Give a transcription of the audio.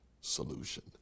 solution